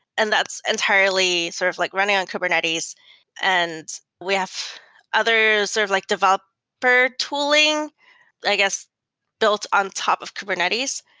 and that's entirely sort of like running on kubernetes and we have other sort of like develop for tooling i guess built on top of kubernetes.